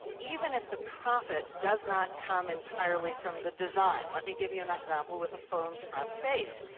even if the profit does not come entirely from the design. let me give you an example with a phone's front face.